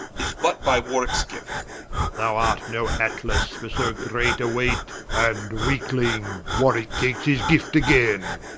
if but by warwickes gift thou art no atlas for so great a weight and weakeling, warwicke takes his gift againe,